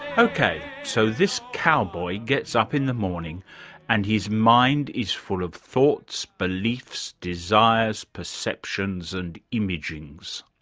okay, so this cowboy gets up in the morning and his mind is full of thoughts, beliefs, desires, perceptions and imagings.